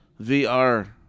VR